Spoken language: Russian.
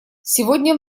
сегодня